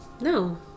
No